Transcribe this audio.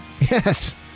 Yes